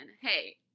Hey